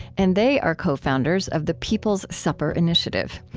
and they are co-founders of the people's supper initiative.